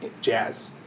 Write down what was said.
jazz